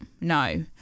no